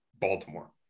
Baltimore